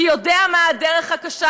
כי הוא יודע מה הדרך הקשה,